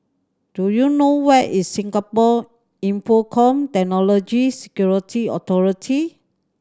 do you know where is Singapore Infocomm Technology Security Authority